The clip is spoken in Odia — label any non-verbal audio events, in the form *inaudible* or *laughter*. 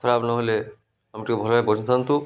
ଖରାପ ନ'ହେଲେ *unintelligible* ଟିକେ ଭଲରେ ବଞ୍ଚିଥାନ୍ତୁ